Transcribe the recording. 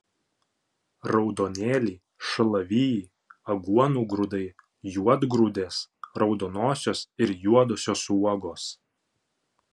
raudonėliai šalavijai aguonų grūdai juodgrūdės raudonosios ir juodosios uogos